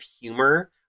humor